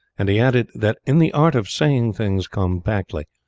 and he added, that in the art of saying things compactly,